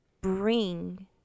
bring